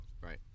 Right